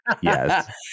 Yes